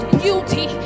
beauty